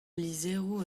lizheroù